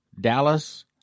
Dallas